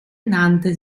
nannte